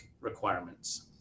requirements